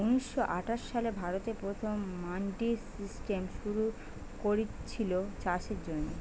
ঊনিশ শ আঠাশ সালে ভারতে প্রথম মান্ডি সিস্টেম শুরু কোরেছিল চাষের জন্যে